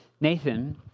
Nathan